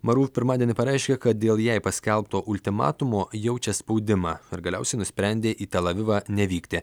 maruv pirmadienį pareiškė kad dėl jai paskelbto ultimatumo jaučia spaudimą ir galiausiai nusprendė į tel avivą nevykti